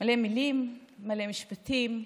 מלא מילים, מלא משפטים.